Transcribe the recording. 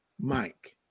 Mike